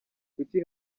kuki